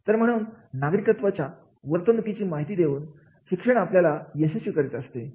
तर म्हणून नागरिकत्वाच्या वर्तणुकीची माहिती देऊन शिक्षण आपल्याला यशस्वी करीत असते